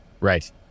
Right